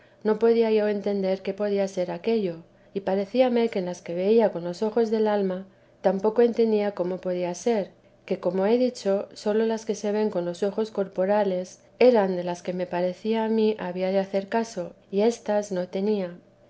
no podía yo entender qué podía ser aquello y parecíame que en las que veía con los ojos del alma tampoco entendía cómo podía ser que como he dicho sólo las que se ven con los ojos corporales eran de las que me parecía a mí había de hacer caso y éstas no tenía